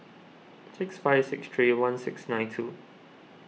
six five six three one six nine two